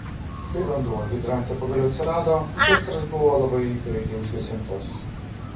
kai vanduo hidrante pagaliau atsirado gaisras buvo labai greitai užgesintas